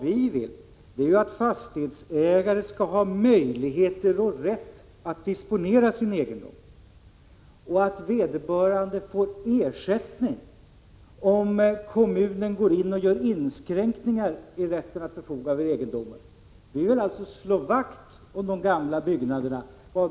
Vi vill att fastighetsägarna skall ha möjligheten och rättigheten att disponera sin egendom. Och vi vill att vederbörande fastighetsägare får ersättning om kommunen går in och gör inskränkningar i rätten att förfoga över egendomen. Vi vill alltså slå vakt om de gamla byggnaderna.